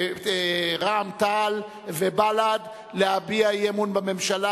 רע"ם-תע"ל ובל"ד להביע אי-אמון בממשלה,